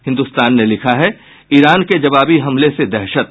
हिन्दुस्तान ने लिखा है ईरान के जवाबी हमले से दहशत